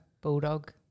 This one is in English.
Bulldog